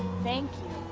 thank